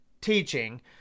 teaching